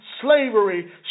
slavery